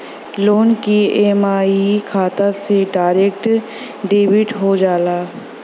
loan क EMI खाता से डायरेक्ट डेबिट हो जाला